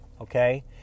Okay